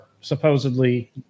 supposedly